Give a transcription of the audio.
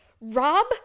rob